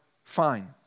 Fine